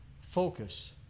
focus